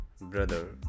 brother